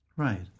Right